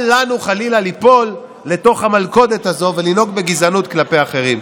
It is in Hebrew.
אל לנו חלילה ליפול לתוך המלכודת הזו ולנהוג בגזענות כלפי אחרים.